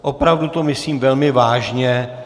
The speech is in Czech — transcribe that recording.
Opravdu to myslím velmi vážně.